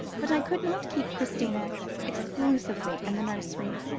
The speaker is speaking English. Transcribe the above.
but i could not keep christina exclusively in the nursery.